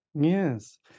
Yes